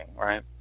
right